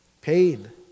pain